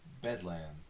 Bedlam